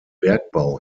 bergbau